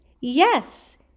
yes